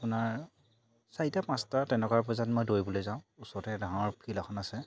আপোনাৰ চাৰিটা পাঁচটা তেনেকুৱা বজাত মই দৌৰিবলৈ যাওঁ ওচৰতে ডাঙৰ ফিল্ড এখন আছে